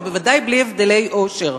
ובוודאי בלי הבדלי עושר.